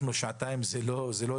הקדשנו לישיבה שעתיים אבל זה לא הספיק